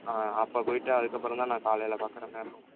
ஆ அப்போ போயிவிட்டு அதுக்கப்பறோம் தான் நான் காலையில் பார்க்குற மாதிரி இருக்கும்